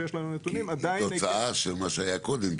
כי היא תוצאה של מה שהיה קודם,